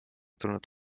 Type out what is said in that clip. tulnud